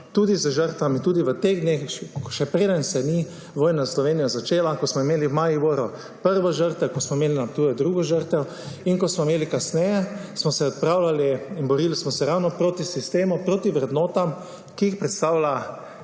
tudi z žrtvami, tudi v tistih dneh, še preden se je vojna za Slovenijo začela, ko smo imeli v Mariboru prvo žrtev, ko smo imeli na Ptuju drugo žrtev in ko smo [jih] imeli kasneje, smo se odpravljali. Borili smo se ravno proti sistemu, proti vrednotam, ki jih predstavlja